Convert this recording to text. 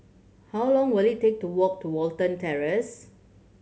how long will it take to walk to Watten Terrace